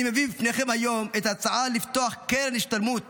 אני מביא בפניכם היום את ההצעה לפתוח קרן השתלמות